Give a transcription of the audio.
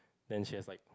then she has like